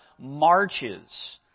marches